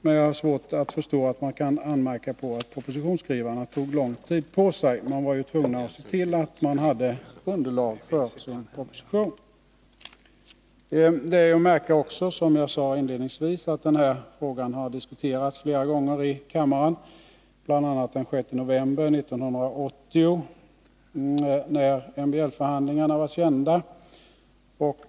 Jag har därför svårt att förstå att man kan anmärka på att propositionsskrivarna tog lång tid på sig. Man var ju tvungen att se till att underlag fanns för en sådan proposition. Det är också att märka — som jag inledningsvis sade — att frågan har diskuterats flera gånger i kammaren, bl.a. den 6 november 1980 när man kände till MBL-förhandlingarna.